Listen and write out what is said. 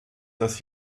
das